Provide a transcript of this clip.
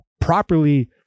properly